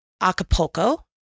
Acapulco